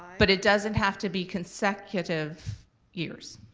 but it doesn't have to be consecutive years.